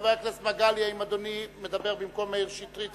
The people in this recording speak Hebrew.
חבר הכנסת מגלי, האם אדוני מדבר במקום מאיר שטרית?